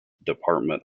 department